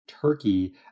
Turkey